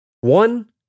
One